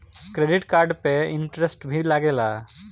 Credit card पे interest भी लागेला?